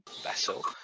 vessel